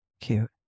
Cute